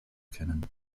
kennen